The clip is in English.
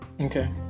okay